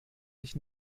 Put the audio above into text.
sich